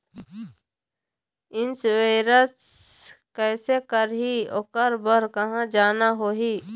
Insurance कैसे करही, ओकर बर कहा जाना होही?